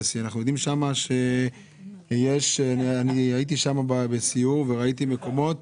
C. אני הייתי שם בסיור וראיתי מקומות